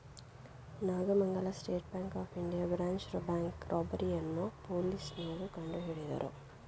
Nagamangala state bank of India branch bank robbery ಅನ್ನೋ ಪೊಲೀಸ್ನೋರು ಕಂಡುಹಿಡಿದರು